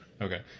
Okay